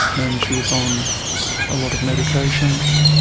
and she was on a lot of medications.